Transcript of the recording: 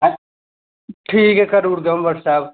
ऐं ठीक ऐ करी ओड़गा में व्हाट्सऐप